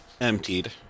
emptied